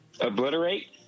Obliterate